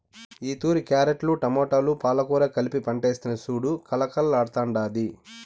ఈతూరి క్యారెట్లు, టమోటాలు, పాలకూర కలిపి పంటేస్తిని సూడు కలకల్లాడ్తాండాది